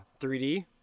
3D